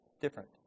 Different